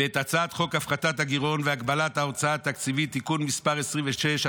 ואת הצעת חוק הפחתת הגירעון והגבלת ההוצאה התקציבית (תיקון מס' 26),